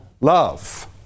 love